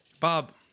Bob